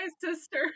sister